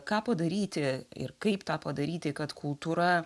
ką padaryti ir kaip tą padaryti kad kultūra